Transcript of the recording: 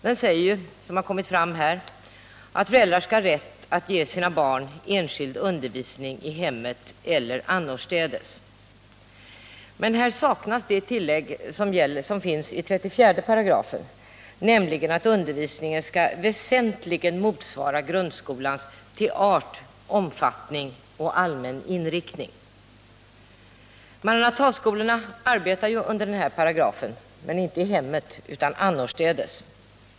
Den säger, vilket kommit fram här, att föräldrar skall ha rätt att ge sina barn enskild undervisning i hemmet eller annorstädes. Men här saknas det tillägg som finns i 34 §, nämligen att undervisningen skall väsentligen motsvara grundskolans till art, omfattning och allmän inriktning. Maranataskolorna arbetar ju under den här paragrafen, men inte i hemmet utan annorstädes.